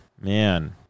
Man